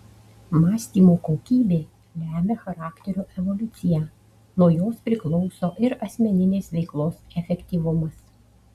mąstymo kokybė lemia charakterio evoliuciją nuo jos priklauso ir asmeninės veiklos efektyvumas